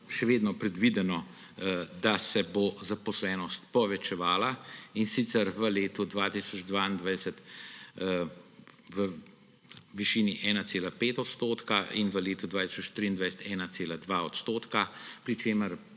še vedno predvideno, da se bo zaposlenost povečevala, in sicer v letu 2022 v višini 1,5 % in v letu 2023 1,2 %, pri čemer